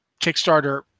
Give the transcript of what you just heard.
Kickstarter